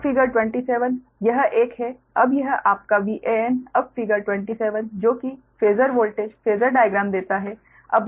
अब फिगर 27 यह एक है अब यह आपका Van अब फिगर 27 जो कि फेजर वोल्टेज फेजर डायग्राम देता है